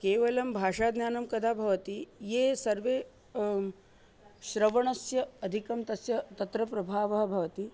केवलं भाषाज्ञानं कदा भवति ये सर्वे श्रवणस्य अधिकं तस्य तत्र प्रभावः भवति